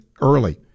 early